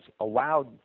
allowed